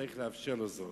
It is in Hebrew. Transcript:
צריך לאפשר לו זאת.